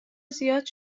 زیاد